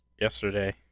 yesterday